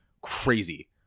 crazy